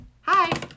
Hi